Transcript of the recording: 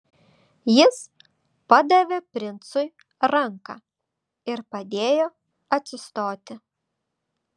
jis padavė princui ranką ir padėjo atsistoti